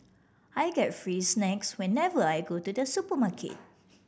I get free snacks whenever I go to the supermarket